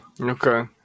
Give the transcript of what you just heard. Okay